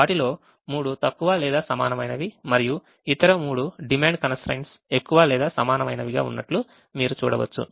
వాటిలో మూడు తక్కువ లేదా సమానమైనవి మరియు ఇతర మూడు డిమాండ్ constraints ఎక్కువ లేదా సమానమైనవిగా ఉన్నట్లు మీరు చూడవచ్చు